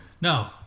No